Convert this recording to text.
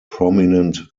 prominent